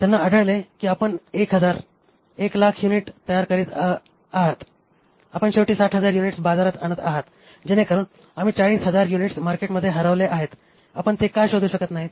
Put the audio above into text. त्यांना आढळले कीआपण 100000 युनिट तयार करीत आहात आपण शेवटी 60000 युनिट्स बाजारात आणत आहात जेणेकरुन आम्ही 40000 युनिट्स मार्केटमध्ये हरवले आहेत आपण ते का शोधू शकत नाही